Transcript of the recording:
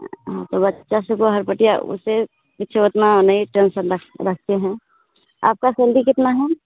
हाँ तो बच्चा सब तो हरपटिया उसे कुछो उतना नहीं टेन्शन रखते हैं आपकी सैलरी कितनी है